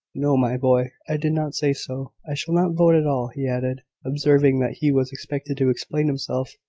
no, my boy. i did not say so. i shall not vote at all, he added, observing that he was expected to explain himself.